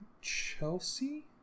Chelsea